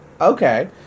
Okay